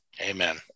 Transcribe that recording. Amen